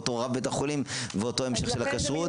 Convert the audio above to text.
זה אותו רב בית חולים ואותו המשך של הכשרות.